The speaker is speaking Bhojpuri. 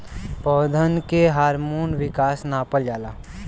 पौधन के हार्मोन विकास नापल जाला